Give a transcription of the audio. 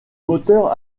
moteur